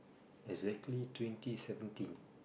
exactly twenty seventeen